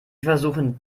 versuchen